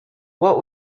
what